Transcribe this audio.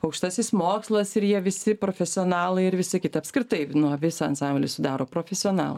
aukštasis mokslas ir jie visi profesionalai ir visi kiti apskritai nu visą ansamblį sudaro profesionalai